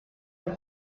del